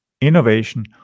innovation